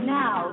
now